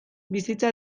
bizitza